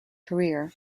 career